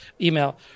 email